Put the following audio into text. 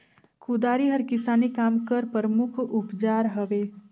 कुदारी हर किसानी काम कर परमुख अउजार हवे